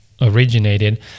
originated